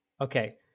Okay